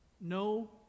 No